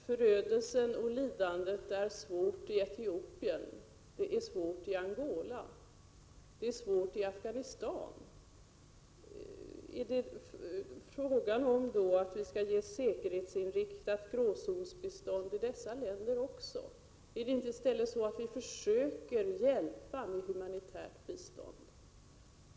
Herr talman! Förödelsen är svår och lidandet är stort också i Etiopien, Angola och Afghanistan, biståndsministern. Skall vi ge säkerhetsinriktat gråzonsbistånd också till dessa länder? Skall vi inte i stället försöka hjälpa med humanitärt bistånd?